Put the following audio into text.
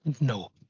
no